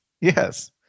Yes